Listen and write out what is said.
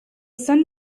sun